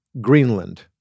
Greenland